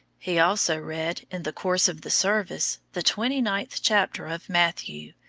he also read, in the course of the service, the twenty-ninth chapter of matthew,